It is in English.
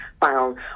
found